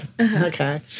Okay